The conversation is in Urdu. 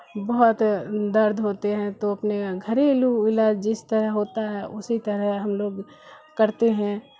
بہت درد ہوتے ہیں تو اپنے گھریلو علاج جس طرح ہوتا ہے اسی طرح ہم لوگ کرتے ہیں